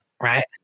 right